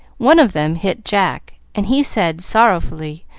one of them hit jack, and he said, sorrowfully,